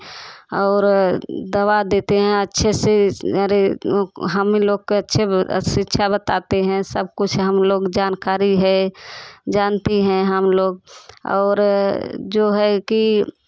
और दवा देते हैं अच्छे से अरे हम लोग के अच्छे शिक्षा बताते हैं सब कुछ हम लोग जानकारी है जानती हैं हम लोग और जो है कि